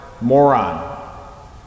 moron